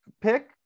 pick